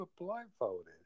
blindfolded